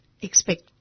expect